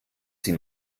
sie